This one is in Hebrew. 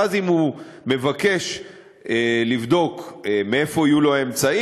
ואז אם הוא מבקש לבדוק מאיפה יהיו לו האמצעים,